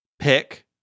pick